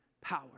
power